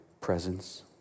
presence